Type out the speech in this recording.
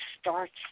starts